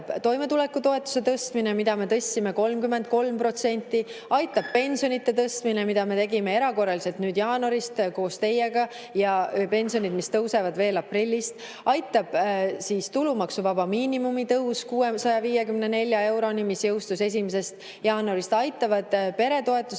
toimetulekutoetuse tõstmine, mida me tõstsime 33%, aitab pensionide tõstmine, mida me tegime erakorraliselt jaanuarist koos teiega, ja pensionid, mis tõusevad veel aprillist, aitab tulumaksuvaba miinimumi tõus 654 euroni, mis jõustus 1. jaanuarist, aitavad peretoetused,